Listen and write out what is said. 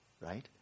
right